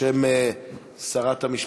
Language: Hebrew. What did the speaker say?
בשם שרת המשפטים.